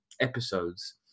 episodes